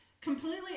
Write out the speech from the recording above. completely